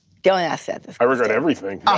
don't ask seth. i regret everything.